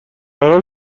هرحال